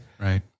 right